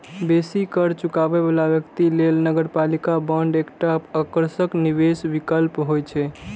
बेसी कर चुकाबै बला व्यक्ति लेल नगरपालिका बांड एकटा आकर्षक निवेश विकल्प होइ छै